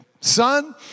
son